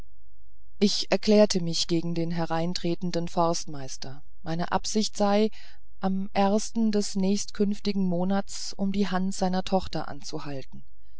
ich erklärte mich gegen den hereintretenden forstmeister meine absicht sei am ersten des nächstkünftigen monats um die hand seiner tochter anzuhalten